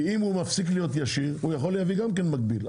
כי אם הוא מפסיק להיות ישיר הוא יכול להביא גם כן מקביל,